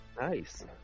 Nice